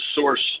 source